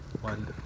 One